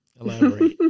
Elaborate